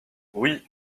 oui